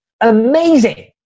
Amazing